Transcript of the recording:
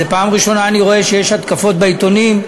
זו פעם ראשונה שאני רואה שיש התקפות בעיתונים,